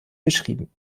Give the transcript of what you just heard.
beschrieben